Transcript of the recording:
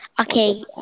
okay